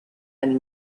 and